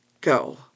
go